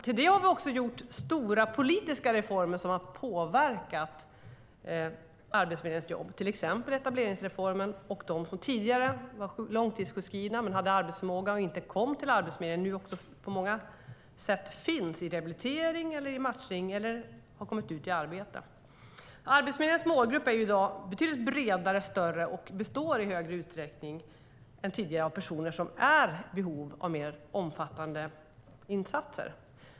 Till det kommer att vi har gjort stora politiska reformer som har påverkat Arbetsförmedlingens jobb, till exempel etableringsreformen. Och de som tidigare var långtidssjukskrivna men hade arbetsförmåga och inte kom till Arbetsförmedlingen finns nu på många sätt i rehabilitering eller i matchning eller har kommit ut i arbete. Arbetsförmedlingens målgrupp är i dag betydligt bredare och större och består i större utsträckning än tidigare av personer som är i behov av mer omfattande insatser.